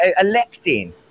electing